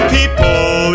People